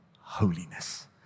holiness